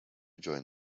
joined